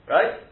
Right